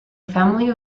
family